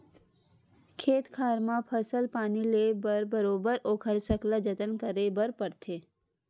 खेत खार म फसल पानी ले बर बरोबर ओखर सकला जतन करे बर परथे